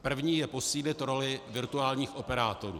První je posílit roli virtuálních operátorů.